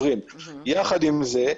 יחד עם זה,